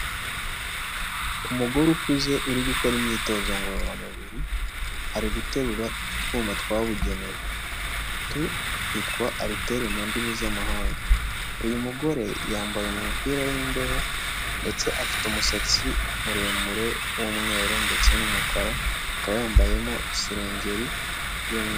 Umugore ukuze uri gukora imyitozo ngororamubiri ari guterura utwuma twabugenewe, utu twitwa ariteri mu ndimi z'amahanga. Uyu mugore yambaye umupira w'imbeho ndetse afite umusatsi muremure w'umweru ndetse n'umukara, akaba yambayemo iserengeri by'umweru.